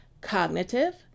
Cognitive